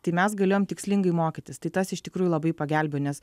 tai mes galėjom tikslingai mokytis tai tas iš tikrųjų labai pagelbėjo nes